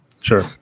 Sure